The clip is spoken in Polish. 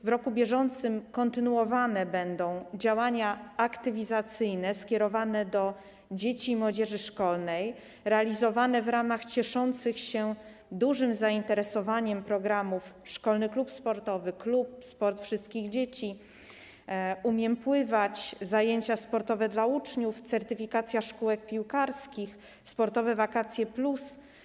W roku bieżącym kontynuowane będą działania aktywizacyjne skierowane do dzieci i młodzieży szkolnej, realizowane w ramach cieszących się dużym zainteresowaniem programów: „Szkolny klub sportowy”, „Klub”, „Sport wszystkich dzieci”, „Umiem pływać”, zajęcia sportowe dla uczniów, certyfikacja szkółek piłkarskich, „Sportowe wakacje+”